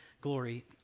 glory